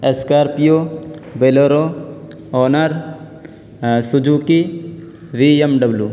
scorpio bolero honor Suzuki V M W